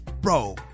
Bro